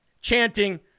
chanting